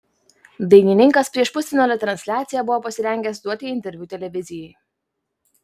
dainininkas prieš pusfinalio transliaciją buvo pasirengęs duoti interviu televizijai